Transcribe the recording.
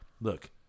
Look